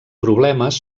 problemes